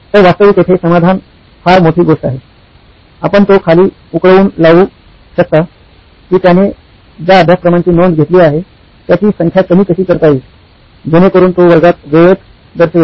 तर वास्तविक येथे समाधान फार मोठी गोष्ट नाही आपण तो खाली उकळवून लावू शकता की त्याने ज्या अभ्यासक्रमांची नोंद घेतली आहे त्याची संख्या कमी कशी करता येईल जेणेकरून तो वर्गात वेळेत दर्शवेल